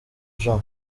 jean